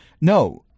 no